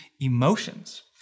emotions